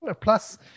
Plus